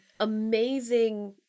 amazing